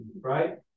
right